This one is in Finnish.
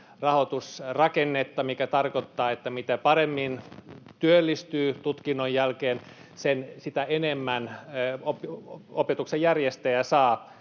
rahoitusrakennetta, mikä tarkoittaa, että mitä paremmin työllistyy tutkinnon jälkeen, sitä enemmän opetuksen järjestäjä saa